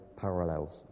parallels